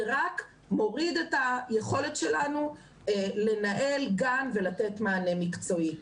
זה רק מוריד את היכולת שלנו לנהל גן ולתת מענה מקצועי.